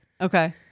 Okay